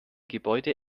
gebäude